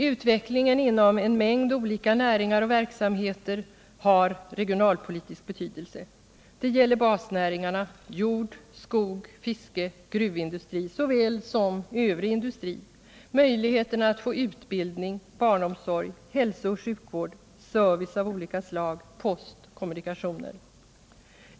Utvecklingen inom en mängd olika näringar och verksamheter har regionalpolitisk betydelse. Det gäller basnäringarna jord, skog, fiske, gruvindustri såväl som övrig industri, möjligheterna att få utbildning, barnomsorg, hälsooch sjukvård, service av olika slag, post och kommunikationer.